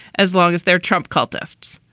as long as their trump cultists,